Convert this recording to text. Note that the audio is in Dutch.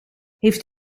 heeft